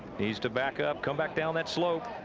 he's the back-up. come back down that slope.